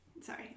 Sorry